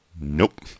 Nope